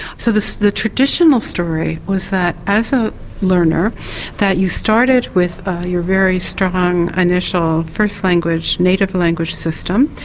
so the so the traditional story was that as a learner that you started with your very strong initial first language, native language system,